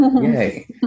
Yay